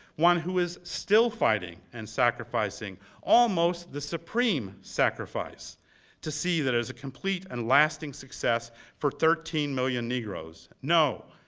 one who is still fighting and sacrificing almost the supreme sacrifice to see that as a complete and lasting success for thirteen million negroes. no.